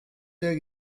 der